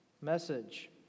message